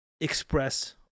express